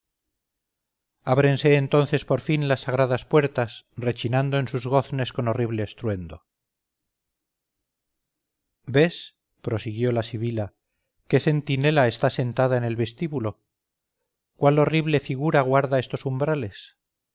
ábrense entonces por fin las sagradas puertas rechinando en sus goznes con horrible estruendo ves prosiguió la sibila qué centinela está sentada en el vestíbulo cuál horrible figura guarda estos umbrales